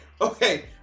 Okay